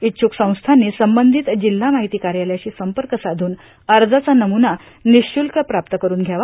इच्छुक संस्थांनी संबंधित जिल्हा माहिती कार्यालयाशी संपर्क साधून अर्जाचा नम्रुना निःशुल्क प्राप्त करून घ्यावा